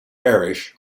parish